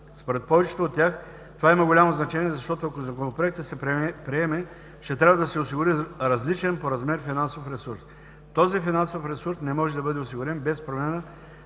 Според повечето от тях това има голямо значение, защото, ако Законопроектът се приеме, ще трябва да се осигури различен по размер финансов ресурс. Този финансов ресурс не може да бъде осигурен без промяна